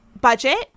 budget